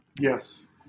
Yes